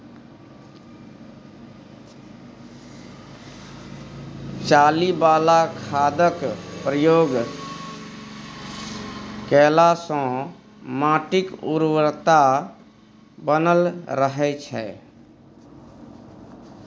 चाली बला खादक प्रयोग केलासँ माटिक उर्वरता बनल रहय छै